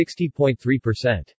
60.3%